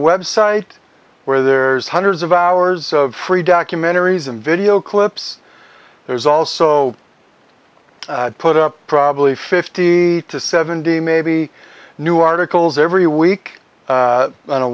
website where there's hundreds of hours of free documentaries and video clips there's also put up probably fifty to seventy maybe new articles every week on a